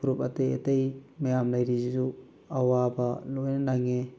ꯐꯨꯔꯨꯞ ꯑꯇꯩ ꯑꯇꯩ ꯃꯌꯥꯝ ꯂꯩꯔꯤꯁꯤꯁꯨ ꯑꯋꯥꯕ ꯂꯣꯏꯅ ꯅꯪꯉꯤ